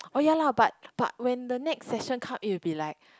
oh ya lah but but when the next session come it will be like